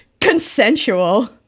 Consensual